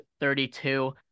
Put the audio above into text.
32